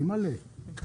אימאל'ה...